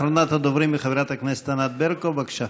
אחרונת הדוברים היא חברת הכנסת ענת ברקו, בבקשה.